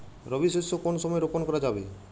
রবি শস্য কোন সময় রোপন করা যাবে?